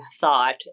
thought